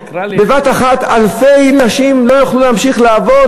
בבת-אחת אלפי נשים לא יוכלו להמשיך לעבוד,